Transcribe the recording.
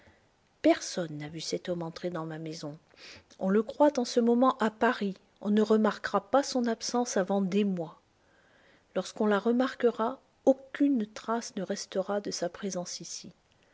personne n'a vu cet homme entrer dans ma maison on le croit en ce moment à paris on ne remarquera pas son absence avant des mois lorsqu'on la remarquera aucune trace ne restera de sa présence ici